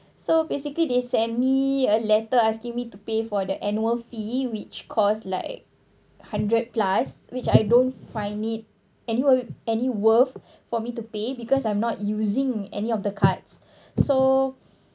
so basically they send me a letter asking me to pay for the annual fee which cost like hundred plus which I don't find it any~ any worth for me to pay because I'm not using any of the cards so